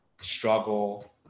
Struggle